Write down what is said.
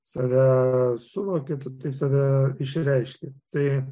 save suvoki tu taip save išreiški tai